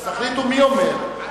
אז תחליטו מי אומר.